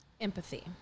Empathy